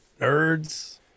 nerds